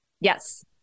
Yes